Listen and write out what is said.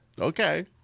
Okay